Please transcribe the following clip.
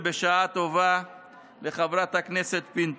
ובשעה טובה לחברת הכנסת פינטו.